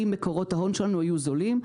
אם מקורות ההון שלנו היו זולים,